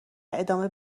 ادامه